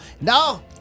No